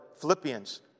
Philippians